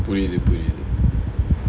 புரிது புரிது:purithu purithu